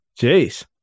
Jeez